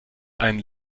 einem